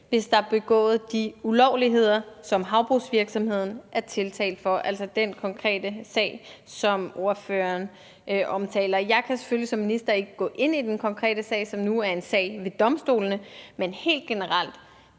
hvis der er begået de ulovligheder, som havbrugsvirksomheden er tiltalt for, altså den konkrete sag, som spørgeren omtaler. Jeg kan selvfølgelig som minister ikke gå ind i den konkrete sag, som nu er en sag ved domstolene, men jeg vil